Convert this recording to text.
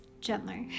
gentler